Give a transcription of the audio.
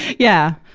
yeah.